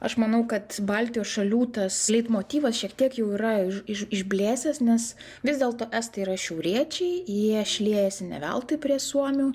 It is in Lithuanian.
aš manau kad baltijos šalių tas leitmotyvas šiek tiek jau yra iš išblėsęs nes vis dėlto estai yra šiauriečiai jie šliejasi ne veltui prie suomių